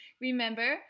Remember